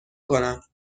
کنم